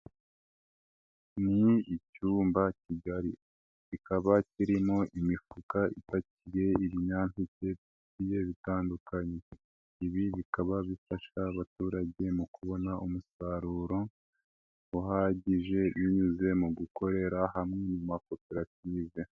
Ni icyumba kigari kikaba kirimo imifuka ipakiye ibinyampeke bigiye bitandukanye, ibi bikaba bifasha abaturage mu kubona umusaruro uhagije binyuze mu gukorera hamwe mu ma koperative.